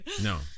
No